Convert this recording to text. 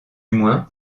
moins